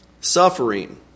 Suffering